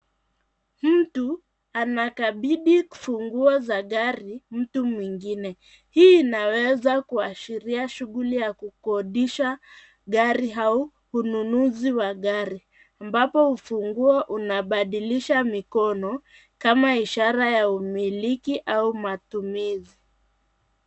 Mtu, anakabidhi funguo za gari, mtu mwingine, hii inaweza kuashiria shughuli ya kukodisha gari au ununuzi wa gari, ambapo ufunguo unabadilisha mikono, kama ishara ya umiliki, au matumizi.